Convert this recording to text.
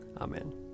Amen